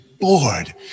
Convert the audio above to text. bored